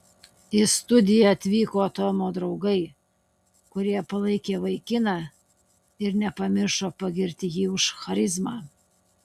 į studiją atvyko tomo draugai kurie palaikė vaikiną ir nepamiršo pagirti jį už charizmą